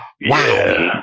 Wow